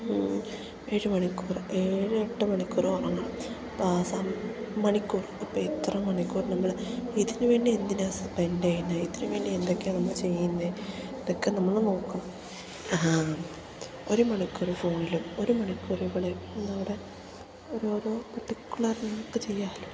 ഏഴ് മണിക്കൂറ് ഏഴ് എട്ട് മണിക്കൂറുറങ്ങണം അപ്പം സ മണിക്കൂർ അപ്പം ഇത്ര മണിക്കൂർ നമ്മൾ ഇതിനു വേണ്ടി എന്തിനാണ് സ്പെൻഡ് ചെയ്യുന്നത് ഇതിനു വേണ്ടി എന്തൊക്കെയാണ് നമ്മൾ ചെയ്യുന്നത് ഇതൊക്കെ നമ്മൾ നോക്കും ഒരു മണിക്കൂർ ഫോണിലും ഒരു മണിക്കൂറിവിടെ എവിടെ ഓരോരോ പർട്ടിക്കുലർ നമുക്ക് ചെയ്യാമല്ലോ